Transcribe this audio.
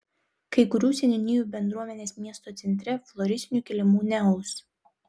kai kurių seniūnijų bendruomenės miesto centre floristinių kilimų neaus